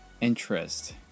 interest